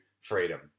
freedom